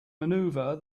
maneuver